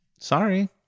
Sorry